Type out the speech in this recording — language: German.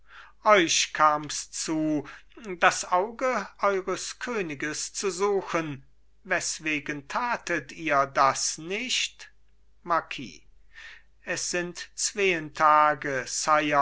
euch kams zu das auge eures königes zu suchen weswegen tatet ihr das nicht marquis es sind zween tage sire